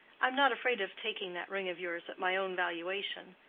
i'm not afraid of taking that ring of yours at my own valuation.